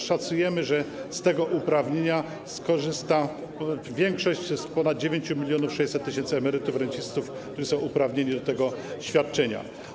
Szacujemy, że z tego uprawnienia skorzysta większość z ponad 9600 tys. emerytów, rencistów, którzy są uprawnieni do tego świadczenia.